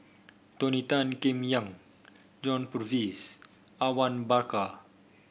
Tony Tan Keng Yam John Purvis Awang Bakar